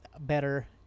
better